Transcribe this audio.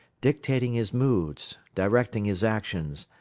dictating his moods, directing his actions,